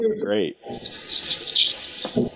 great